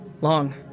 Long